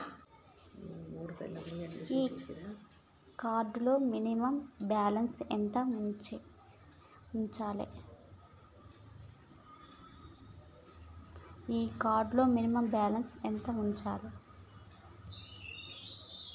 Card లో minimum balance ఎంత ఉంచాలే?